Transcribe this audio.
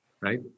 right